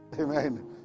Amen